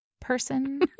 Person